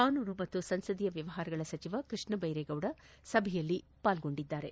ಕಾನೂನು ಮತ್ತು ಸಂಸದೀಯ ವ್ಯವಹಾರಗಳ ಸಚಿವ ಕೃಷ್ಣಭೈರೇಗೌಡ ಸಭೆಯಲ್ಲಿ ಪಾಲ್ಗೊಂಡಿದ್ದಾರೆ